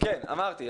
כן, אמרתי.